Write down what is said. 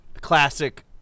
classic